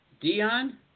Dion